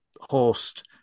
host